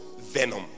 venom